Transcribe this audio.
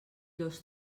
dos